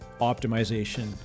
optimization